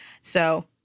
So-